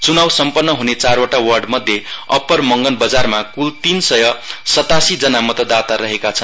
च्नाउ सम्पन्न हने चारवटा वार्डमध्ये अप्पपर मंगन बजारमा कूल तीन सय सतासी जना मतदाता रहेको छन्